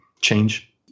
change